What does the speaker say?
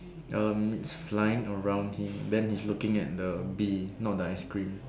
um it's flying around him then he's looking at the bee not the ice cream